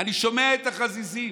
אני שומע את החזיזים,